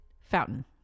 fountain